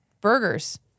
burgers